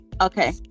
Okay